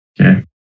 Okay